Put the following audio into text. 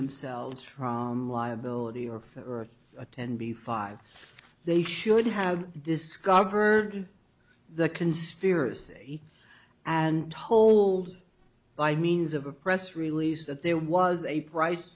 themselves from liability or for earth a ten b five they should have discovered the conspiracy and told by means of a press release that there was a price